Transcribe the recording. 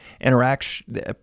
interaction